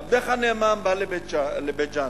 עבדך הנאמן בא לבית-ג'ן